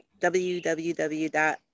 www